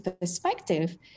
perspective